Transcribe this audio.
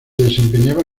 desempeñaba